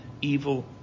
evil